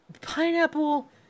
pineapple